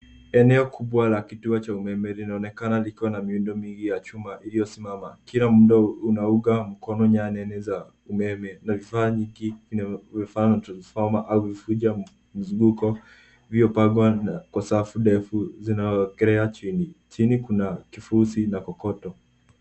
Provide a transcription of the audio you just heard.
Eneo kubwa la kituo che umeme linaonekana likiwa na miundo mingi ya chuma iliyosimama. Kila muundo unaunga mkono nyaya nrne za umeme. Vifaa hili kwa mfano transformer au vifuja mzunguko vilivyopangwa kwa safu ndefu vinaekelewa chini. Chini kuna kifuzi na kokoto.